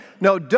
No